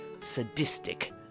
sadistic